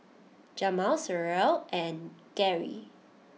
Jamil Sherryl and Gerry